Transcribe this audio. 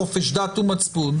חופש דת ומצפון.